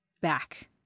back